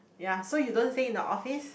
yea so you don't stay in the office